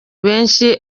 benshi